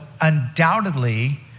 undoubtedly